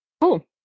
Cool